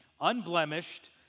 unblemished